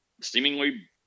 seemingly